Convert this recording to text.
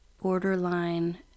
borderline